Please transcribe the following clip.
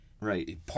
Right